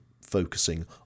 focusing